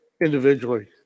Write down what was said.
individually